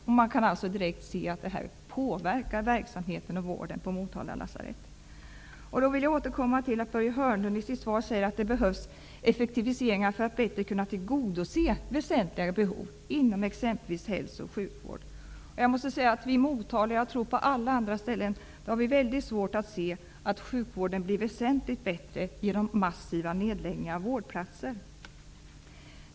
Vi kan direkt se att detta påverkar verksamheten och vården på Då vill jag återkomma till att Börje Hörnlund i sitt svar säger att det behövs effektiviseringar för att bättre kunna tillgodose väsentliga behov inom exempelvis hälso och sjukvård. Vi i Motala -- och jag tror även på alla andra ställen -- har mycket svårt att se att sjukvården blir väsentligt bättre genom massiva nedläggningar av vårdplatser.